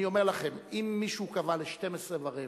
אני אומר לכם, אם מישהו קבע לשעה 12:15,